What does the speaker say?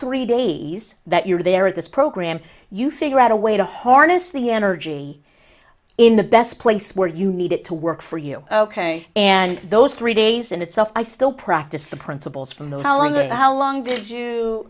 three days that you're there at this program you figure out a way to harness the energy in the best place where you need it to work for you ok and those three days in itself i still practice the principles from those how long